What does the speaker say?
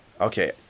Okay